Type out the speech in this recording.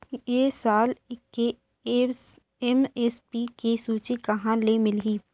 ए साल के एम.एस.पी के सूची कहाँ ले मिलही?